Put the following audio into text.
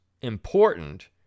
important